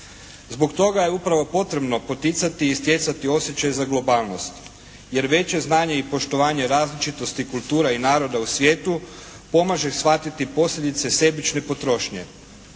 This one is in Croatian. Zbog toga je upravo potrebno poticati i stjecati osjećaj za globalnost. Jer veće znanje i poštovanje različitosti kultura i naroda u svijetu pomaže shvatiti posljedice sebične potrošnje.